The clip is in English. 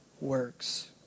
works